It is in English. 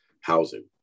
housing